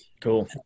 Cool